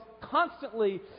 constantly